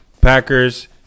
Packers